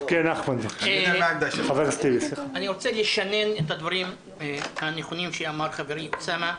אני רוצה לשנן את הדברים הנכונים שאמר חברי אוסאמה.